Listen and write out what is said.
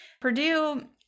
Purdue